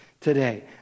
today